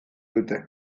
dute